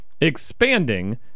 expanding